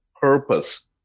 purpose